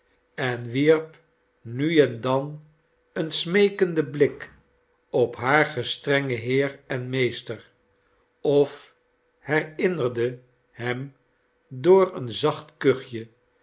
en wierp nu en dan een smeekenden blik op haar gestrengen heer en meester of herinnerde hem door een zacht kuchje